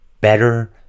better